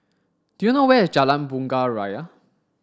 do you know where is Jalan Bunga Raya